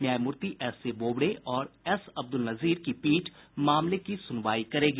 न्यायमूर्ति S A Bobde और S Abdul Nazeer की पीठ मामले की सुनवाई करेगी